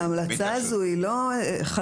ההמלצה הזו היא לא חדשה.